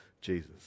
Jesus